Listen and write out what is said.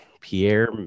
Pierre